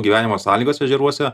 gyvenimo sąlygas ežeruose